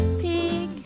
pig